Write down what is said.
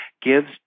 gives